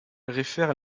réfère